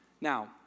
Now